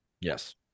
Yes